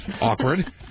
Awkward